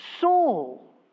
soul